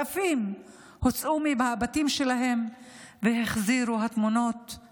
אלפים הוצאו מהבתים שלהם והחזירו את התמונות של